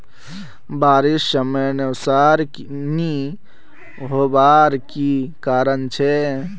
बारिश समयानुसार नी होबार की कारण छे?